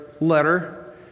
letter